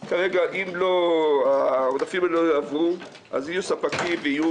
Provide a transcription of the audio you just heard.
כרגע אם העודפים האלה לא יעברו אז יהיו ספקים ויהיו